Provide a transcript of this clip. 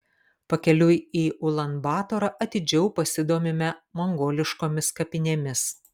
pakeliui į ulan batorą atidžiau pasidomime mongoliškomis kapinėmis